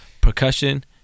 percussion